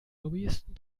lobbyisten